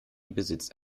besitzt